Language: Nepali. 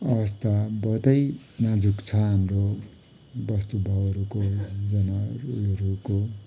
अवस्था बहुतै नाजुक छ हाम्रो बस्तु भाउहरूको जनावरहरूको